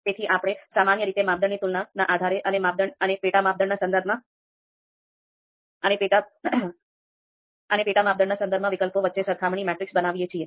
તેથી આપણે સામાન્ય રીતે માપદંડની તુલનાના આધારે અને માપદંડ અને પેટા માપદંડના સંદર્ભમાં વિકલ્પો વચ્ચે સરખામણી મેટ્રિક્સ બનાવીએ છીએ